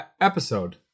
episode